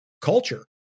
culture